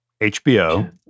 HBO